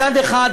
מצד אחד,